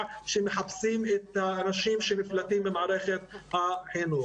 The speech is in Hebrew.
שמחפשים את הראשים שנפלטים ממערכת החינוך.